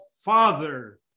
Father